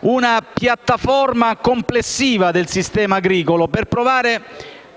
una piattaforma complessiva del sistema agricolo, per provare